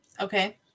okay